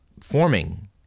forming